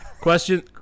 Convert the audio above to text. Question